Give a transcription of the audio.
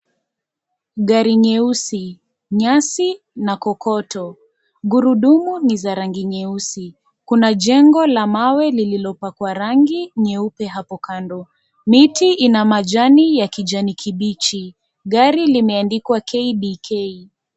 Gari nyeusi, nyasi, na kokoto, gurudumu ni za rangi nyeusi. Kuna jengo la mawe lililopakwa gari nyeupe hapo kando. Miti ina majani ya kijani kibichi. Gari limeandikwa KDK.